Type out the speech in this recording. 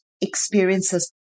experiences